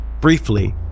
Briefly